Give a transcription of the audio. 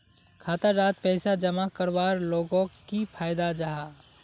खाता डात पैसा जमा करवार लोगोक की फायदा जाहा?